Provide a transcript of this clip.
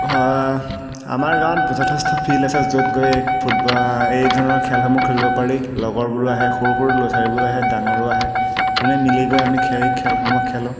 আমাৰ গাঁৱত যথেষ্ট ফিল্ড আছে য'ত গৈ ফুটব এই ধৰণৰ খেলসমূহ খেলিব পাৰি লগৰবোৰো আহে সৰু সৰু ল'ৰা চালিবোৰো আহে ডাঙৰো আহে মানে মিলি কৰি আমি খেলসমূহ খেলোঁ